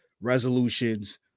Resolutions